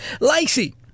Lacey